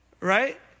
right